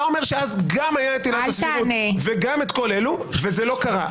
אתה אומר שאז גם היה את עילת הסבירות וגם את כל אלה וזה לא קרה.